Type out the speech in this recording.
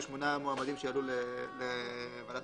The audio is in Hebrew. שמונה מועמדים שיעלו לוועדת בחינה.